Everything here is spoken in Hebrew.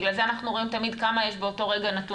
בגלל זה אנחנו רואים תמיד כמה יש באותו רגע נתון.